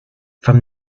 from